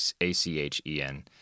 A-C-H-E-N